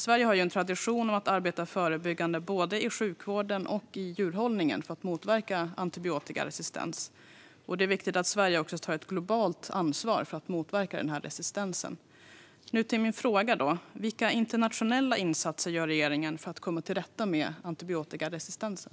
Sverige har en tradition av att arbeta förebyggande både i sjukvården och i djurhållningen för att motverka antibiotikaresistens. Det är viktigt att Sverige tar ett globalt ansvar för att motverka resistensen. Nu till min fråga: Vilka internationella insatser gör regeringen för att komma till rätta med antibiotikaresistensen?